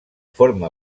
forma